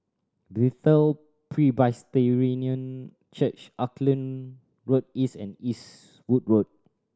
Bethel Presbyterian Church Auckland Road East and Eastwood Road